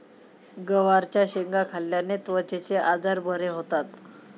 गवारच्या शेंगा खाल्ल्याने त्वचेचे आजार बरे होतात